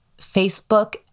Facebook